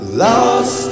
lost